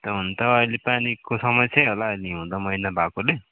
हुन त अहिले पानीको समस्यै होला नि हिउँदो महिना भएकोले